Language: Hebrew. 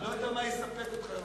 אני לא יודע מה יספק אותך.